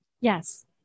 Yes